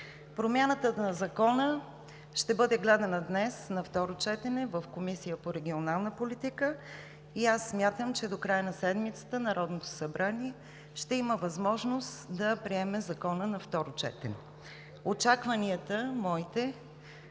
Промяната в Закона ще бъде гледана днес на второ четене в Комисията по регионалната политика и аз смятам, че до края на седмицата Народното събрание ще има възможност да приеме Закона на второ четене. Моите